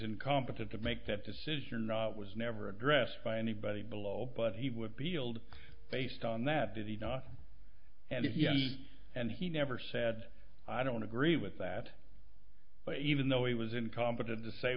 incompetent to make that decision was never addressed by anybody below but he would be healed based on that did he not and if yes and he never said i don't agree with that but even though it was incompetent to say